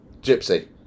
Gypsy